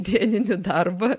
dieninį darbą